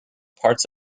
parts